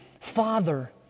Father